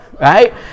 right